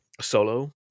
solo